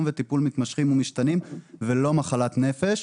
וטיפול מתמשכים ומשתנים ולא מחלת נפש.